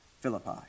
Philippi